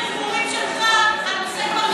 בניגוד לדיבורים שלך, הנושא כבר נפתר.